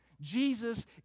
jesus